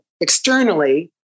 externally